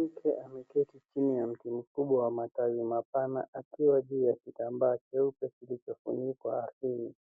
Mke ameketi chini ya mti mkubwa wa matawi mapana akiwa juu ya kitambaa cheupe lilichofunikwa ardhini.